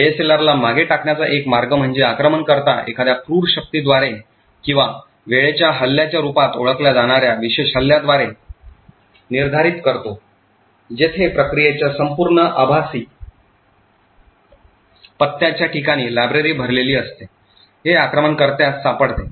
एएसएलआरला मागे टाकण्याचा एक मार्ग म्हणजे आक्रमणकर्ता एखाद्या क्रूर शक्तीद्वारे किंवा वेळेच्या हल्ल्याच्या रूपात ओळखल्या जाणार्या विशेष हल्ल्यांद्वारे निर्धारित करतो जेथे प्रक्रियेच्या संपूर्ण आभासी पत्त्याच्या ठिकाणी लायब्ररी भरलेली असते हे आक्रमणकर्त्यास सापडते